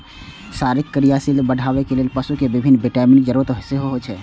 शरीरक क्रियाशीलता बढ़ाबै लेल पशु कें विभिन्न विटामिनक जरूरत सेहो होइ छै